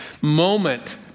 moment